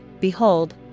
Behold